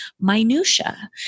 minutia